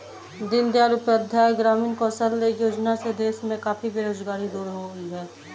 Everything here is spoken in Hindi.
दीन दयाल उपाध्याय ग्रामीण कौशल्य योजना से देश में काफी बेरोजगारी दूर हुई है